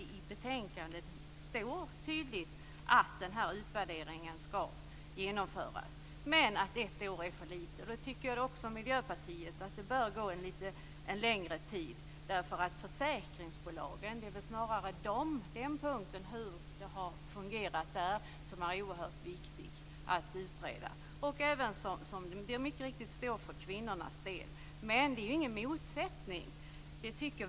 I betänkandet anförs tydligt att en utvärdering skall genomföras men att ett år är för kort tid i sammanhanget. Också vi i Miljöpartiet tycker att det krävs en längre tid. Det är oerhört viktigt att utreda hur det har fungerat hos försäkringsbolagen och även för kvinnorna, och det finns inte några motsättningar om detta.